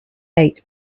eight